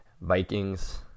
Vikings